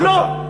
מהיום לא.